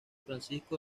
francisco